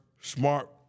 smart